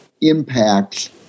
impacts